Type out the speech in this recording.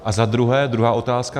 A za druhé, druhá otázka.